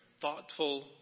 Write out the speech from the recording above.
thoughtful